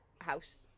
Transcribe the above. house